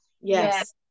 Yes